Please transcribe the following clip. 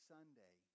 Sunday